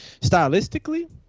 stylistically